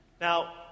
Now